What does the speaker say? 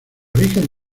origen